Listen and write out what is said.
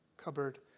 cupboard